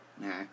Nah